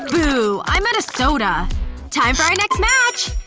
boo. i'm out of soda time for our next match!